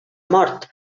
mort